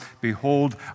Behold